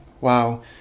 wow